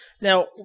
Now